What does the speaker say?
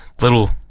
little